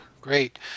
Great